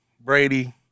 Brady